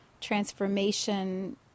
transformation